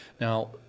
now